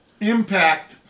impact